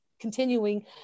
continuing